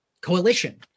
coalition